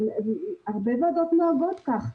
הרבה ועדות נוהגות כך.